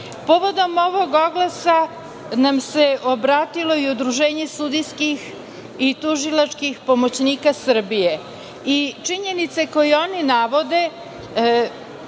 oglas. Povodom ovog oglasa nam se obratilo i Udruženje sudijskih i tužilačkih pomoćnika Srbije. Činjenice koje oni navode,